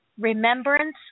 remembrance